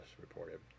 reported